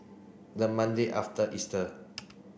the Monday after Easter